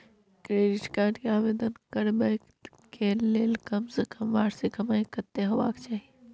Credit card के आवेदन करबैक के लेल कम से कम वार्षिक कमाई कत्ते होबाक चाही?